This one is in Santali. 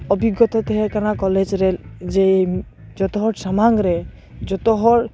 ᱚᱵᱷᱤᱜᱚᱛᱟ ᱛᱟᱦᱮᱸ ᱠᱟᱱᱟ ᱠᱚᱞᱮᱡᱽ ᱨᱮ ᱡᱮ ᱡᱚᱛᱚ ᱦᱚᱲ ᱥᱟᱢᱟᱝ ᱨᱮ ᱡᱚᱛᱚ ᱦᱚᱲ